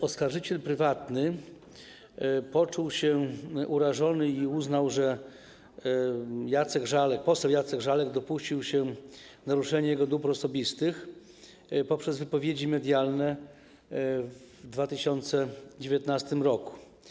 Oskarżyciel prywatny poczuł się urażony i uznał, że poseł Jacek Żalek dopuścił się naruszenia jego dóbr osobistych poprzez wypowiedzi medialne w 2019 r.